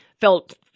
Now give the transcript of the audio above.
felt